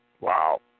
Wow